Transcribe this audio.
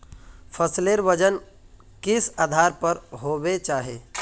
फसलेर वजन किस आधार पर होबे चही?